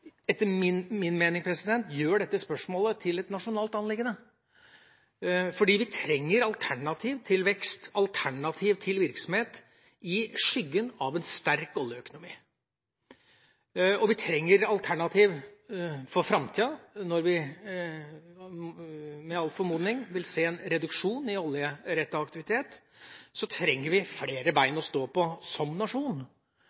etter min mening gjør dette spørsmålet til et nasjonalt anliggende, fordi vi trenger alternativer til vekst og alternativer til virksomhet i skyggen av en sterk oljeøkonomi. Vi trenger alternativer for framtida når vi, med all formodning, vil se en reduksjon i oljerettet aktivitet. Da trenger vi flere